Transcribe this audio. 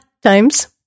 times